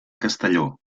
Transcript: castelló